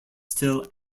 still